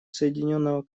соединенного